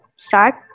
Start